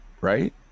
right